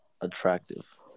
attractive